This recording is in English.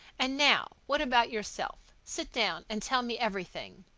and now what about yourself? sit down and tell me everything.